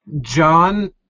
John